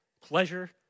pleasure